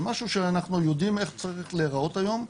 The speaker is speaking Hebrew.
זה משהו שאנחנו יודעים איך צריך להיראות היום,